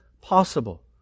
possible